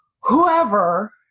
whoever